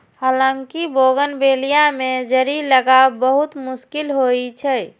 हालांकि बोगनवेलिया मे जड़ि लागब बहुत मुश्किल होइ छै